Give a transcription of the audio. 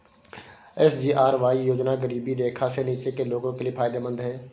SGRY योजना गरीबी रेखा से नीचे के लोगों के लिए फायदेमंद है